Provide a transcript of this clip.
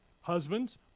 Husbands